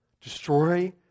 Destroy